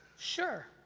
sure!